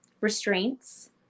restraints